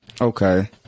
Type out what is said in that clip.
okay